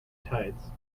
tides